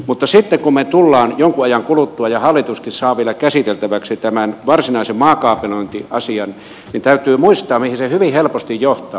mutta sitten kun me saamme jonkin ajan kuluttua ja hallituskin saa vielä käsiteltäväksi tämän varsinaisen maakaapelointiasian niin täytyy muistaa mihin se hyvin helposti johtaa